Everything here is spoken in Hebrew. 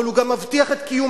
אבל הוא גם מבטיח את קיומנו,